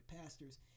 pastors